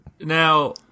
Now